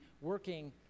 working